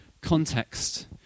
context